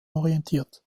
orientiert